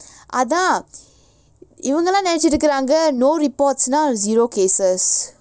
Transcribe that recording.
இவங்கெல்லாம் நெனச்சிட்டு இருகாங்க:ivangellaam nenachitu irukaanga no reports now zero cases